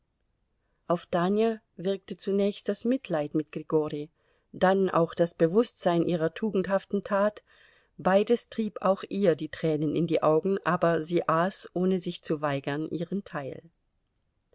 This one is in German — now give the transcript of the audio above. auf tanja wirkte zunächst das mitleid mit grigori dann auch das bewußtsein ihrer tugendhaften tat beides trieb auch ihr die tränen in die augen aber sie aß ohne sich zu weigern ihren teil